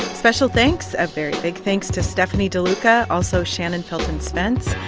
special thanks a very big thanks to stefanie deluca, also shannon felton spence.